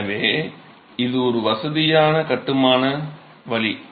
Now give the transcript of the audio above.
எனவே இது ஒரு வசதியான கட்டுமான வழி